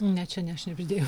ne čia ne aš šnibždėjau